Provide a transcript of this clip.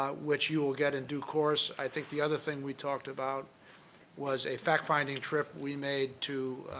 um which you will get in and due course. i think the other thing we talked about was a fact finding trip we made to